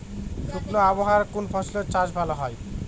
শুষ্ক আবহাওয়ায় কোন ফসলের চাষ ভালো হয়?